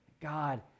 God